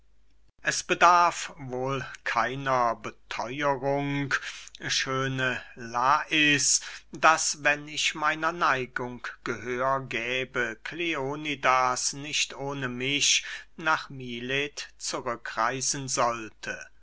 es bedarf wohl keiner betheurung schöne lais daß wenn ich meiner neigung gehör gäbe kleonidas nicht ohne mich nach milet zurückreisen sollte